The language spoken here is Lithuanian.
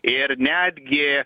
ir netgi